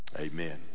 Amen